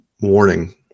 warning